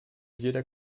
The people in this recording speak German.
jeder